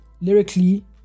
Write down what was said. lyrically